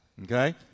Okay